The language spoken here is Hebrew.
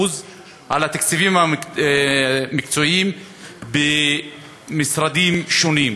על התקציבים המקצועיים במשרדים שונים.